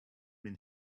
mean